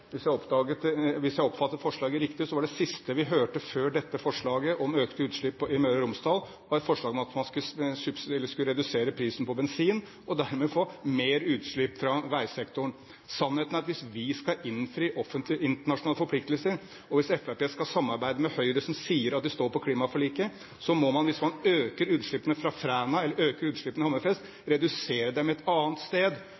Hvis jeg oppfattet det riktig, var det siste vi hørte før dette forslaget om økte utslipp i Møre og Romsdal, et forslag om at man skulle redusere prisen på bensin – og dermed få mer utslipp fra veisektoren. Sannheten er at hvis vi skal innfri offentlige og internasjonale forpliktelser – og hvis Fremskrittspartiet skal samarbeide med Høyre, som sier at de står på klimaforliket – må man, hvis man øker utslippene fra Fræna eller utslippene i Hammerfest, redusere dem et annet sted.